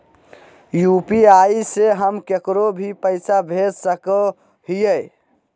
UPI से हम केकरो भी पैसा भेज सको हियै?